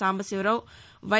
Sambasivarao why